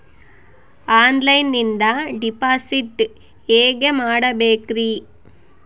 ಆನ್ಲೈನಿಂದ ಡಿಪಾಸಿಟ್ ಹೇಗೆ ಮಾಡಬೇಕ್ರಿ?